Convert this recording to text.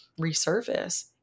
resurface